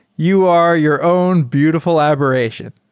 you are your own beautiful aberration.